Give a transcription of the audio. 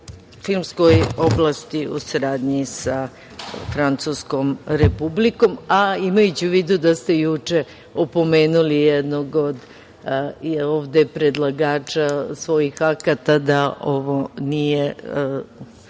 filmskoj oblasti u saradnji sa Francuskom Republiku, a imajući u vidu da ste juče opomenuli jednog od predlagača svojih akata da ovo nije